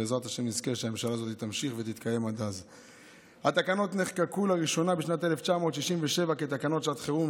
2028. התקנות נחקקו לראשונה בשנת 1967 כתקנות שעת חירום,